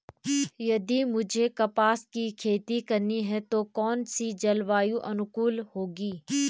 यदि मुझे कपास की खेती करनी है तो कौन इसी जलवायु अनुकूल होगी?